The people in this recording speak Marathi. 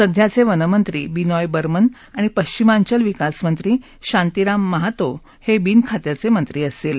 सध्याचे वनमंत्री बिनॉय बर्मन आणि पश्चिमांचल विकासमंत्री शांतीराम महातो हे बिनखात्याचे मंत्री असतील